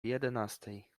jedenastej